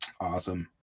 Awesome